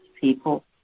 people